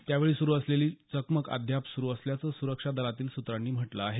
त्यावेळी सुरू झालेली चकमक अद्याप सुरू असल्याचं सुरक्षा दलातील सुत्रांनी म्हटलं आहे